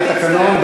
שעל-פי התקנון,